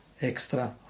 extra